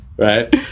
Right